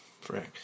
Frank